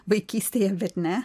vaikystėje bet ne